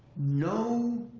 no